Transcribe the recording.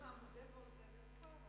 מודה ועוזב ירוחם.